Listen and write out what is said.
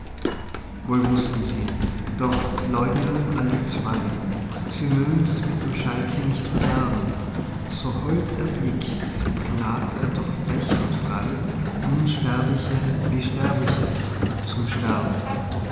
wohl wußten sie doch leugnen alle zwei sie mögens mit dem schalke nicht verderben so hold er blickt plagt er doch frech und frei unsterbliche wie sterbliche zum sterben